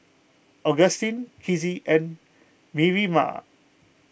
Agustin Kizzie and Miriah